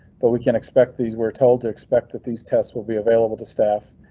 but we can expect these were told to expect that these tests will be available to staff.